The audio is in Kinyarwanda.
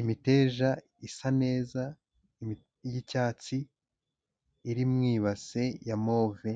Imiteja isa neza y'icyatsi, iri mu ibase ya move,